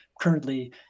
currently